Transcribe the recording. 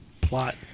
Plot